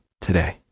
today